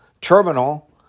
Terminal